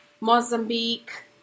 Mozambique